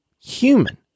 human